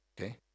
Okay